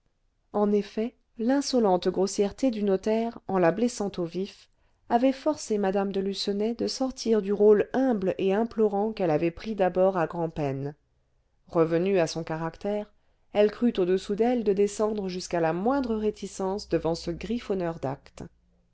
en effet l'insolente grossièreté du notaire en la blessant au vif avait forcé mme de lucenay de sortir du rôle humble et implorant qu'elle avait pris d'abord à grand-peine revenue à son caractère elle crut au-dessous d'elle de descendre jusqu'à la moindre réticence devant ce griffonneur d'actes